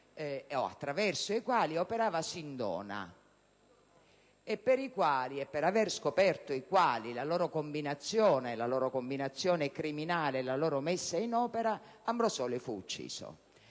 attraverso i quali operava Sindona e per avere scoperto i quali, e la loro combinazione criminale e messa in opera, Ambrosoli fu ucciso.